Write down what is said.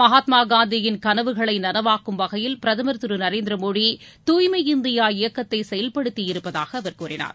மகாத்மா காந்தியின் கனவுகளை நனவாக்கும் வகையில் பிரதமர் திரு நரேந்திர மோடி தூய்மை இந்தியா இயக்கத்தை செயல்படுத்தி இருப்பதாக கூறினார்